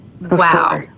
Wow